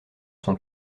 sont